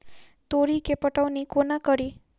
तोरी केँ पटौनी कोना कड़ी?